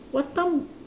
what time